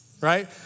right